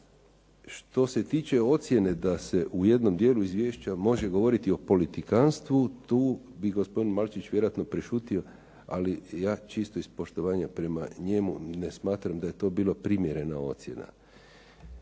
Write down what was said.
Što se tiče ocjene da se u jednom dijelu izvješća može govoriti o politikanstvu, tu bi gospodin Malčić vjerojatno prešutio, ali ja čisto iz poštovanja prema njemu ne smatram da je to bila primjerena ocjena.